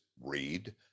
read